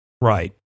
Right